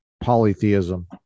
polytheism